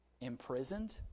Imprisoned